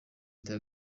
biteye